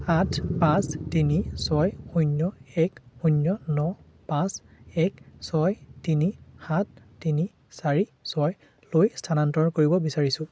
আঠ পাঁচ তিনি ছয় শূন্য এক শূন্য ন পাঁচ এক ছয় তিনি সাত তিনি চাৰি ছয় লৈ স্থানান্তৰ কৰিব বিচাৰোঁ